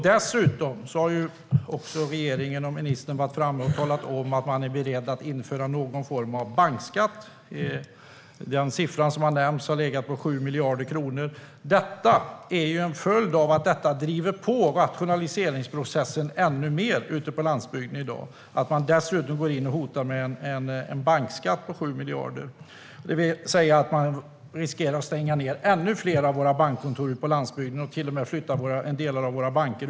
Dessutom har regeringen och ministern varit framme och talat om att man är beredd att införa någon form av bankskatt - siffran som har nämnts har varit 7 miljarder kronor. Det här är en följd av att detta driver på rationaliseringsprocessen ute på landsbygden ännu mer. Att man dessutom går in och hotar med en bankskatt på 7 miljarder gör att man riskerar att ännu fler bankkontor på landsbygden stängs ned och att en del av våra banker flyttar utomlands.